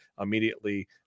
immediately